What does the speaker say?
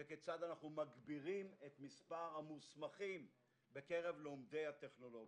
וכיצד אנו מגבירים את מספר המוסמכים בקרב לומדי הטכנולוגיה.